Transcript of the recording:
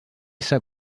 essa